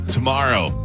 Tomorrow